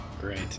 Great